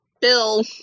Bill